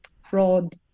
fraud